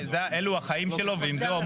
אלו החיים שלו ועם זה הוא אמור לחיות.